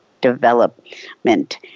development